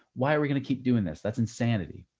why are we going to keep doing this? that's insanity.